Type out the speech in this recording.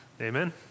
Amen